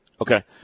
Okay